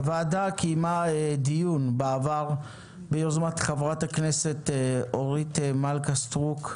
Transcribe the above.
הוועדה קיימה דיון בעבר ביוזמת חברי הכנסת אורית מלכה סטרוק,